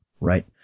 right